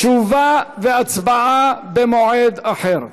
תשובה והצבעה במועד אחר.